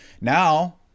Now